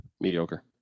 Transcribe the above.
Mediocre